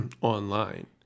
online